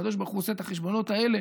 הקדוש ברוך הוא עושה את החשבונות האלה